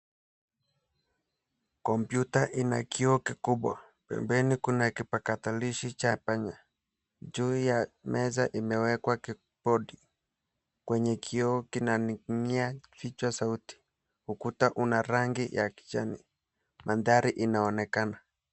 Kompyuta ina kioo kikubwa, pembeni kuna kipakatalishi cha panya juu ya meza imewekwa kibodi, kwenye kioo kiinaning'inia vichwa zote, ukuta una rangi ya kijani mandhari inaonekana.